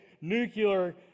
nuclear